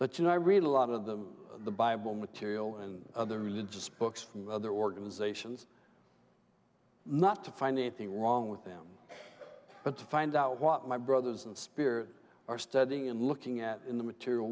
but you know i read a lot of them the bible material and other religious books from other organizations not to find anything wrong with them but to find out what my brothers and speer are studying and looking at in the material